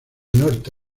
norte